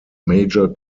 major